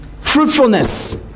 Fruitfulness